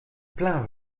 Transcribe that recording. plein